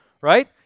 right